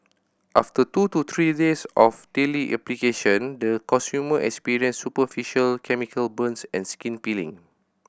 after two to three days of daily application the consumer experienced superficial chemical burns and skin peeling